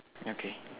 okay